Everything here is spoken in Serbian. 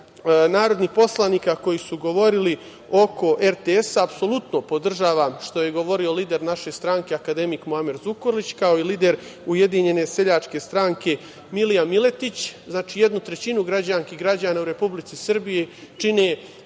narodnih poslanika koji su govorili oko RTS-a, apsolutno podržavam što je govorio lider naše stranke akademik Muamer Zukorlić, kao i lider Ujedinjene seljačke stranke Milija Miletić, znači jednu trećinu građanki i građana u Republici Srbiji čine